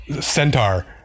Centaur